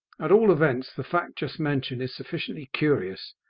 at all events, the fact just mentioned is sufficiently curious,